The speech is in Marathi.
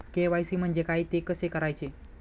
के.वाय.सी म्हणजे काय? ते कसे करायचे?